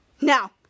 now